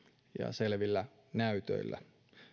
selvillä näytöillä